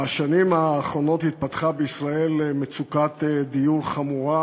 בשנים האחרונות התפתחה בישראל מצוקת דיור חמורה,